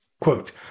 Quote